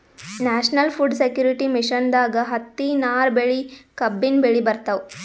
national food security ಮಿಷನ್ದಾಗ್ ಹತ್ತಿ, ನಾರ್ ಬೆಳಿ, ಕಬ್ಬಿನ್ ಬೆಳಿ ಬರ್ತವ್